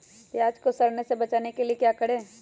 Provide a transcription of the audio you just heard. प्याज को सड़ने से बचाने के लिए क्या करें?